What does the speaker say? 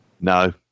No